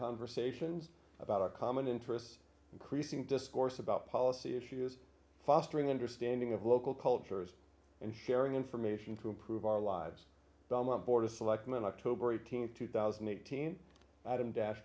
conversations about our common interests increasing discourse about policy issues fostering understanding of local cultures and sharing information to improve our lives the month board of selectmen october eighteenth two thousand and eighteen adam dash